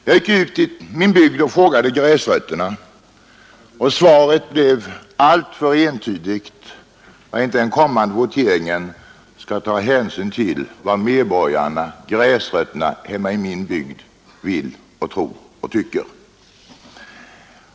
Jag gick ut i min bygd och frågade ”gräsrötterna”, och svaret blev alltför entydigt för att jag icke i den kommande voteringen skall ta hänsyn till vad medborgarna — ”gräsrötterna” — hemma i min bygd vill, tror och tycker.